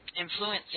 Influencing